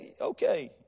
okay